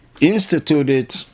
instituted